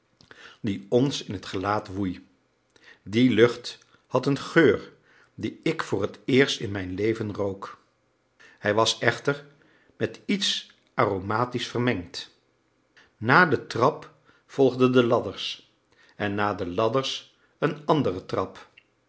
die ons in het gelaat woei die lucht had een geur dien ik voor het eerst in mijn leven rook hij was echter met iets aromatisch vermengd na de trap volgden de ladders en na de ladders een andere trap